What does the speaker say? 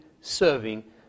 serving